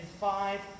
five